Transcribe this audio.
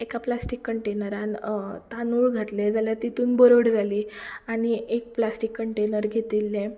एका प्लास्टीक कंटेनरान तांदूळ घातले जाल्यार तितूंत बरड जाली आनी एक प्लास्टीक कंटेनर घेतिल्ले